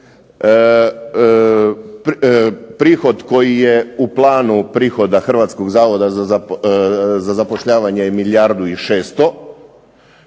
Prihod koji je u planu prihoda Hrvatskog zavoda za zapošljavanje je milijardu i 600,